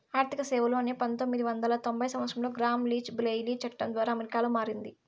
ఆర్థిక సేవలు అనే పదం పంతొమ్మిది వందల తొంభై సంవచ్చరంలో గ్రామ్ లీచ్ బ్లెయిలీ చట్టం ద్వారా అమెరికాలో మారింది